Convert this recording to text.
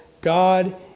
God